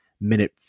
minute